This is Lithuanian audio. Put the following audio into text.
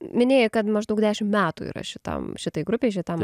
minėjai kad maždaug dešim metų yra šitam šitai grupei šitam